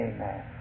Amen